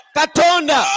katonda